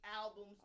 albums